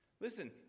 Listen